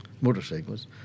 motorcyclists